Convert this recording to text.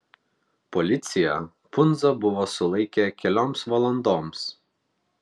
policija pundzą buvo sulaikę kelioms valandoms